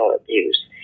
abuse